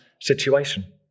situation